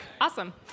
Awesome